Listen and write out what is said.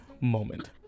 moment